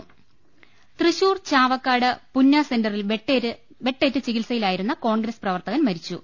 രുമെട്ടിട്ടുള്ള പ്ര തൃശൂർ ചാവക്കാട് പുന്ന സെന്ററിൽ വെട്ടേറ്റ് ചികിത്സയിലായിരുന്ന കോൺഗ്രസ് പ്രവർത്തകൻ മരിച്ചു